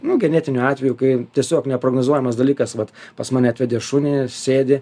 nu genetinių atvejų kai tiesiog neprognozuojamas dalykas vat pas mane atvedė šunį sėdi